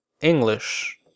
English